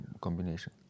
combination